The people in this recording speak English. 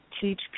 teach